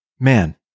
Man